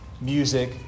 music